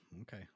okay